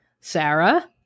Sarah